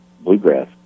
bluegrass